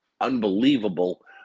unbelievable